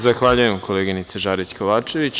Zahvaljujem, koleginice Žarić Kovačević.